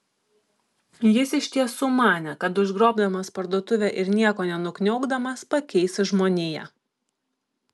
jis iš tiesų manė kad užgrobdamas parduotuvę ir nieko nenukniaukdamas pakeis žmoniją